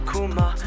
Kuma